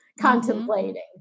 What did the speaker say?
contemplating